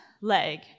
leg